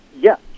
Yes